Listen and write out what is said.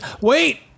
Wait